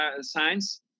science